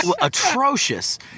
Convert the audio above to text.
Atrocious